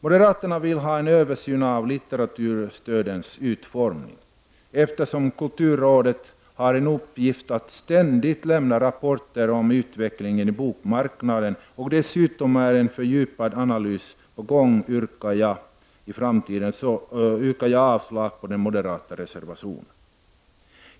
Moderaterna vill ha en översyn av litteraturstödens utformning. Kulturrådet har i uppgift att ständigt lämna rapporter om utvecklingen på bokmarknaden, och eftersom det dessutom är en fördjupad analys på gång, yrkar jag avslag på den moderata reservationen.